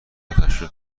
تشویق